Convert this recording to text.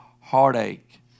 heartache